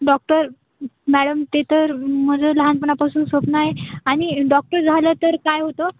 doctor madam ते तर माझं लहानपणापासून स्वप्न आहे आणि डॉक्टर झालं तर काय होतं